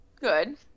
good